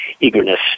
eagerness